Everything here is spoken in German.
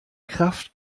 kraft